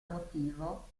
motivo